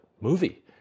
movie